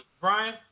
Brian